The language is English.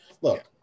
Look